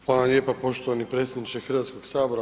Hvala vam lijepa poštovani predsjedniče Hrvatskog sabora.